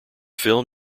film